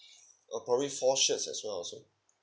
uh probably four shirts as well also